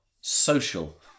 social